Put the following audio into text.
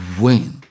win